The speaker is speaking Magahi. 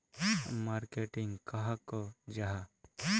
मार्केटिंग कहाक को जाहा?